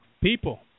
People